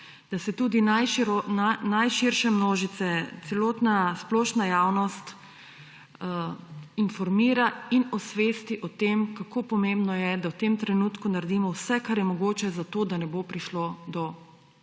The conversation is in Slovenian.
da se tudi najširše množice, celotna splošna javnost informira in osvesti o tem, kako pomembno je, da v tem trenutku naredimo vse, kar je mogoče, da ne bo prišlo do